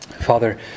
Father